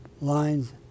lines